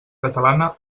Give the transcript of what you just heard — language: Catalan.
catalana